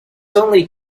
only